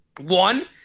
One